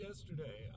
Yesterday